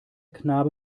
knabe